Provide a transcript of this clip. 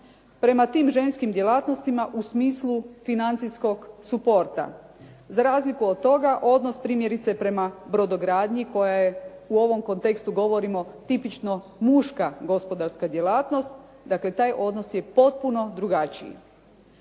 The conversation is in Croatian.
prema tim ženskim djelatnostima u smislu financijskog suporta. Za razliku od toga odnos primjerice prema brodogradnji koja je u ovom kontekstu govorimo tipično muška gospodarska djelatnost, dakle taj odnos je potpuno drugačiji.